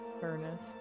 furnace